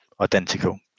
identical